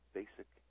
basic